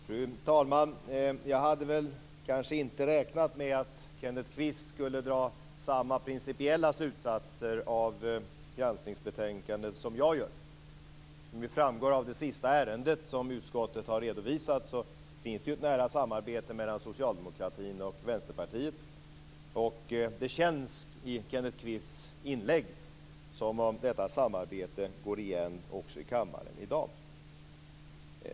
Fru talman! Jag hade väl kanske inte räknat med att Kenneth Kvist skulle dra samma principiella slutsatser av granskningsbetänkandet som jag gör. Av det sista ärendet som utskottet har redovisat framgår det att det finns ett nära samarbete mellan socialdemokratin och Vänsterpartiet. Det känns i Kenneth Kvists inlägg som att detta samarbete går igen också i kammaren i dag.